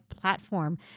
platform